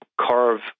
carve